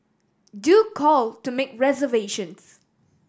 do call to make reservations